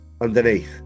underneath